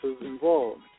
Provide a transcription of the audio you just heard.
involved